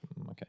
okay